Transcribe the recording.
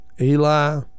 Eli